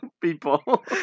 people